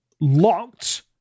locked